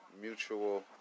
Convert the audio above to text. Mutual